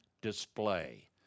display